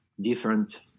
different